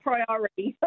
priority